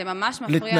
זה ממש מפריע,